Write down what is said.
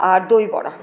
আর দইবড়া